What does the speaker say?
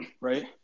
right